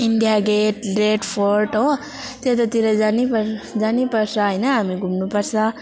India Gate Red Fort हो त्यतातिर जानु जानु पर्छ होइन हामी घुम्नु पर्छ